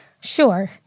Sure